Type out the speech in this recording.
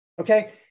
Okay